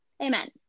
Amen